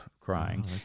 crying